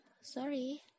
Sorry